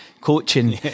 coaching